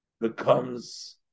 becomes